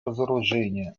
разоружению